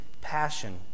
passion